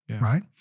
right